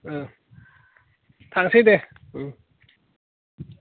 औ थांसै दे